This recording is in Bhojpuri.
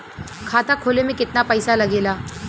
खाता खोले में कितना पैसा लगेला?